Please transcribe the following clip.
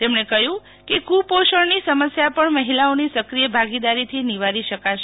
તેમણે કહ્યું કે કુપોષણની સમસ્યા પણ મહિલાઓની સક્રિય ભાગીદારીથી નિવારી શકાશે